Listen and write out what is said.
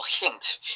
hint